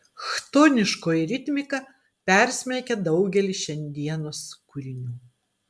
chtoniškoji ritmika persmelkia daugelį šiandienos kūrinių